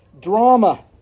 drama